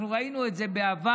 אנחנו ראינו את זה בעבר,